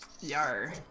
Yar